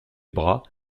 bras